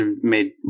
made